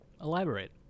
Elaborate